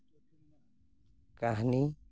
ᱠᱟᱹᱦᱱᱤ